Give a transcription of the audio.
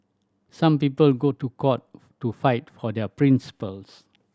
some people go to court to fight for their principles